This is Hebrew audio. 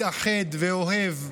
מתאחד ואוהב,